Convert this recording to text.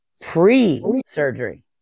pre-surgery